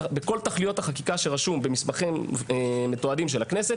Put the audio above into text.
בכל תכליות החקיקה שכתובות במסמכים מתועדים של הכנסת